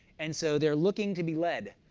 and so they're looking to be led,